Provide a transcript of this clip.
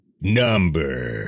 number